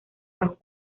bajo